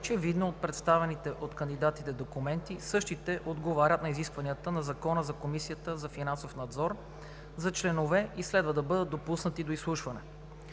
че видно от представените от кандидатите документи, същите отговарят на изискванията на Закона за Комисията за финансов надзор за членове и следва да бъдат допуснати до изслушване.